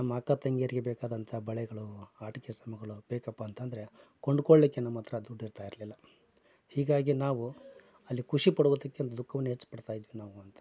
ಅಕ್ಕ ತಂಗಿಯರಿಗೆ ಬೇಕಾದಂಥ ಬಳೆಗಳು ಆಟಿಕೆ ಸಾಮಾನುಗಳು ಬೇಕಪ್ಪ ಅಂತಂದರೆ ಕೊಂಡ್ಕೊಳ್ಳಿಕ್ಕೆ ನಮ್ಮ ಹತ್ರ ದುಡ್ಡು ಇರ್ತಾಯಿರಲಿಲ್ಲ ಹೀಗಾಗಿ ನಾವು ಅಲ್ಲಿ ಖುಷಿ ಪಡುವುದಕ್ಕಿಂತ ದುಃಖವನ್ನೇ ಹೆಚ್ಚು ಪಡ್ತಾಯಿದ್ವಿ ನಾವು ಅಂತ